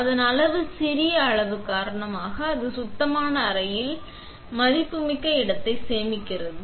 அதன் சிறிய அளவு காரணமாக அது சுத்தமான அறையில் மதிப்புமிக்க இடத்தை சேமிக்கிறது